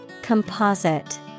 Composite